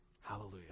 Hallelujah